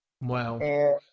Wow